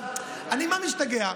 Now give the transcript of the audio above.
ממה אני משתגע?